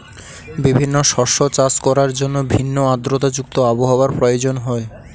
বিভিন্ন শস্য চাষ করার জন্য ভিন্ন আর্দ্রতা যুক্ত আবহাওয়ার প্রয়োজন হয়